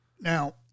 Now